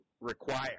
require